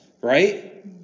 right